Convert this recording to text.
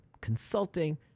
consulting